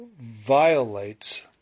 violates